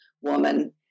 woman